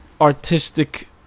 artistic